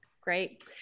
Great